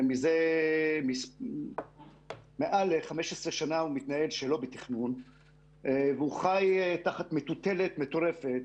ומזה מעל 15 שנה הוא מתנהל שלא בתכנון והוא חי תחת מטוטלת מטורפת